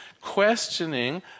questioning